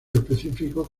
específicos